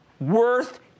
worth